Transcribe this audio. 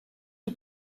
die